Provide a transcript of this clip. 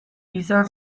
izan